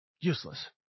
useless